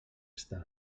estar